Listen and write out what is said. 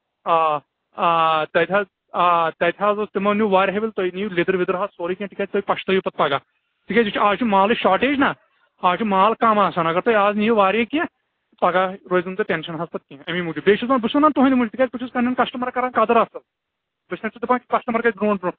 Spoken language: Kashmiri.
آ آ تَتہِ حظ آ تَتہِ حظ اوس تِمو نیٛوٗ واریاو حظ تُہۍ نِیِو لیٚدٕر ویٚدٕر حظ سورُے کیٚنٛہہ تِکیٛاز تۅہہِ پچھتاوِو پتہٕ پگاہ تِکیٛازِ یہِ چھُ اَز چھِ مالٕچ شاٹیج نا اَز چھُ مال کم آسان اگر تُہۍ اَز نِیِو واریاہ کیٚنٛہہ پگاہ روزوٕ نہَ تۅہہِ ٹینٛشن حظ پتہٕ کِہیٖنٛۍ اَمےَ موٗجوٗب بیٚیہِ چھُس بہٕ بہٕ چھُس ونان تُہٕنٛدِ موٗجوٗب تِکیٛاز بہٕ چھُس پنہٕ نیٚن کسٹٕمرن کران قدٕر اَصٕل بہٕ چھُس تَمہِ سٍتۍ دپان کسٹٕمر گژھِ برٛونٛٹھ برٛونٛٹھ یُن